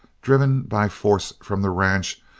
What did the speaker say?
driven by force from the ranch,